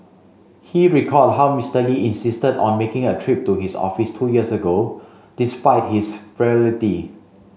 he recalled how Mister Lee insisted on making a trip to his office two years ago despite his frailty